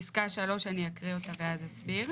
פסקה 3, אני אקריא אותה ואז אסביר.